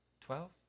twelve